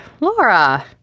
Laura